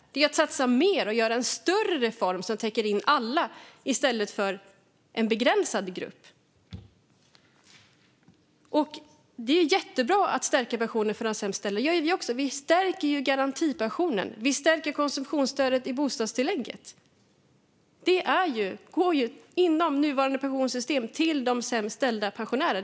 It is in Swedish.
Det är att satsa mer och göra en större reform som täcker in alla i stället för en begränsad grupp. Det är jättebra att stärka pensionerna för de sämst ställda. Det gör vi också. Vi stärker ju garantipensionen. Vi stärker konsumtionsstödet i bostadstillägget, som inom nuvarande pensionssystem går till de sämst ställda pensionärerna.